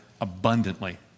abundantly